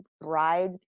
brides